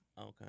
Okay